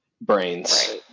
brains